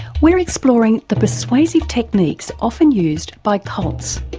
we're exploring the persuasive techniques often used by cults.